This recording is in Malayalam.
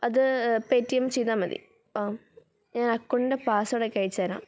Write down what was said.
അത് പേ റ്റി എം ചെയ്താൽ മതി ഞാന് അക്കൗണ്ടിൻ്റെ പാസ്വേര്ഡ് ഒക്കെ അയച്ചു തരാം